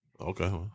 Okay